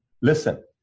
Listen